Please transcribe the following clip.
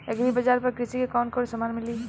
Agri बाजार पर कृषि के कवन कवन समान मिली?